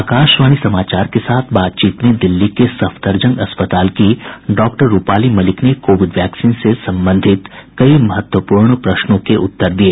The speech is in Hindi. आकाशवाणी समाचार के साथ बातचीत में दिल्ली के सफदरजंग अस्पताल की डॉक्टर रूपाली मलिक ने कोविड वैक्सीन से संबंधित कई महत्वपूर्ण प्रश्नों के उत्तर दिए